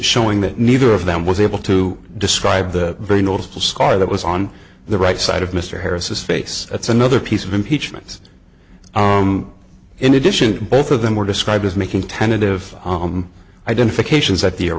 showing that neither of them was able to describe the very noticeable scar that was on the right side of mr harris his face that's another piece of impeachments in addition both of them were described as making tentative identifications